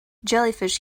jellyfish